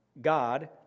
God